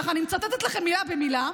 ככה, אני מצטטת לכם מילה במילה: